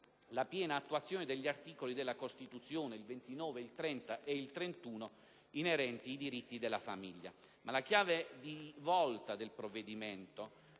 alla piena attuazione degli articoli della Costituzione - il 29, il 30 e il 31 - inerenti ai diritti della famiglia. Credo però che la chiave di volta del provvedimento